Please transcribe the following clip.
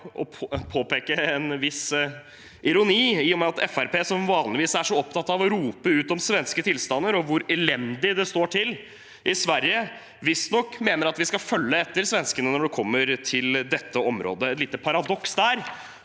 jeg påpeke en viss ironi, i og med at Fremskrittspartiet, som vanligvis er så opptatt av å rope ut om svenske tilstander og hvor elendig det står til i Sverige, visstnok mener at vi skal følge etter svenskene når det kommer til dette området. Det er et lite paradoks der.